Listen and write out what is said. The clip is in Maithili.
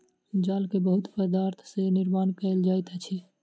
जाल के बहुत पदार्थ सॅ निर्माण कयल जाइत अछि